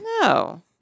No